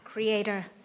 Creator